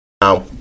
Now